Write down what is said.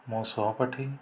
ମୋ ସହପାଠୀ